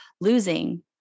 losing